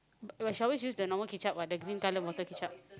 but she always use the normal ketchup what the green colour bottle ketchup